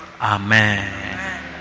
amen